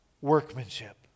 workmanship